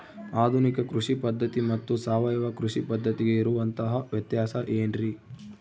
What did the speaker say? ಆಧುನಿಕ ಕೃಷಿ ಪದ್ಧತಿ ಮತ್ತು ಸಾವಯವ ಕೃಷಿ ಪದ್ಧತಿಗೆ ಇರುವಂತಂಹ ವ್ಯತ್ಯಾಸ ಏನ್ರಿ?